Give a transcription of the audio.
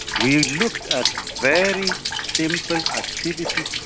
we looked at very simple activities,